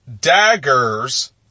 daggers